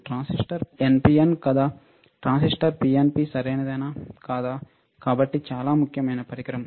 transistor NPN కాదా transistor PNP సరైనదేనా కాదా కాబట్టి చాలా ముఖ్యమైన పరికరం